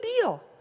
deal